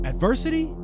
Adversity